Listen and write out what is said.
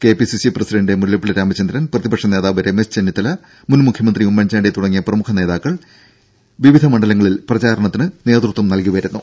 KPCC president Mullappally Ramachandran പ്രതിപക്ഷ നേതാവ് രമേശ് ചെന്നിത്തല മുൻ മുഖ്യമന്ത്രി ഉമ്മൻചാണ്ടി തുടങ്ങിയ പ്രമുഖ നേതാക്കൾ എല്ലാം തന്നെ വിവിധ മണ്ഡലങ്ങളിൽ പ്രചാരണത്തിന് നേതൃത്വം നൽകുന്നുണ്ട്